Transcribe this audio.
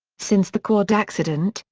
since the quad accident,